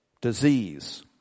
Disease